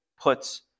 puts